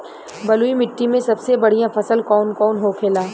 बलुई मिट्टी में सबसे बढ़ियां फसल कौन कौन होखेला?